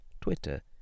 Twitter